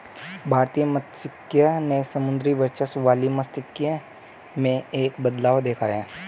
भारतीय मात्स्यिकी ने समुद्री वर्चस्व वाली मात्स्यिकी में एक बदलाव देखा है